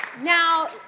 Now